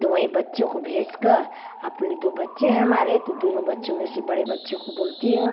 तो वहीं बच्चों को भेजकर अपने दो बच्चे हैं हमारे तो दोनों बच्चों में से बड़े बच्चे को बोलती हूँ